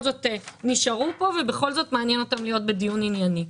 זאת נשארו כאן ובכל זאת מעניין אותם להיות בדיון ענייני.